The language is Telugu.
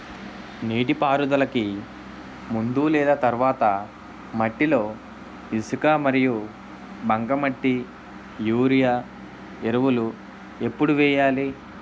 నీటిపారుదలకి ముందు లేదా తర్వాత మట్టిలో ఇసుక మరియు బంకమట్టి యూరియా ఎరువులు ఎప్పుడు వేయాలి?